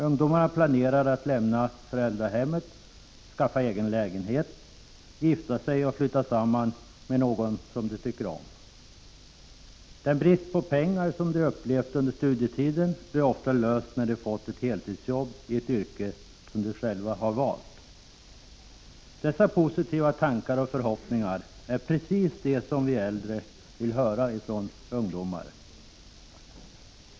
Ungdomarna planerar att lämna föräldrahemmet, skaffa egen lägenhet, gifta sig och flytta samman med någon som de tycker om. Problemet med brist på pengar som de upplevt under studietiden blir ofta löst när de får ett heltidsjobb i ett yrke som de själva har valt. Dessa positiva tankar och förhoppningar är precis de som vi äldre vill höra från ungdomar.